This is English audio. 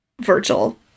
Virgil